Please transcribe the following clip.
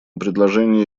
предложение